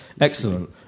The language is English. Excellent